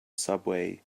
subway